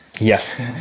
Yes